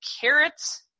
carrots